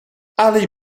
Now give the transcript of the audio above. ali